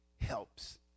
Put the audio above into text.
helps